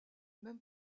même